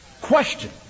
Question